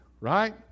right